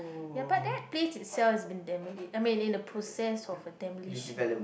ya but there place itself is been demolish I mean in the process of a demolition